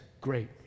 great